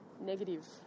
negative